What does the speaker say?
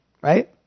right